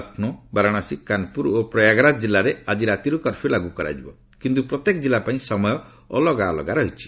ଲକ୍ଷ୍ମୌ ବାରଣାସୀ କାନପୁର ଓ ପ୍ରୟାଗରାଜ ଜିଲ୍ଲାରେ ଆଜି ରାତିରୁ କର୍ଫ୍ୟୁ ଲାଗୁ କରାଯିବ କିନ୍ତୁ ପ୍ରତ୍ୟେକ ଜିଲ୍ଲା ପାଇଁ ସମୟ ଅଲଗା ଅଲଗା ରହିଛି